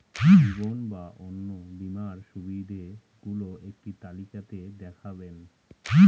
জীবন বা অন্ন বীমার সুবিধে গুলো একটি তালিকা তে দেখাবেন?